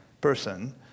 person